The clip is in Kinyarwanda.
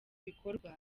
bikorwa